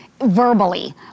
verbally